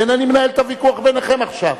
ואינני מנהל את הוויכוח ביניכם עכשיו.